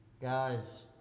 Guys